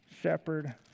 shepherd